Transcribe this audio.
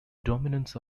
dominance